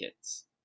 kids